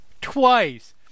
twice